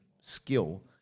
skill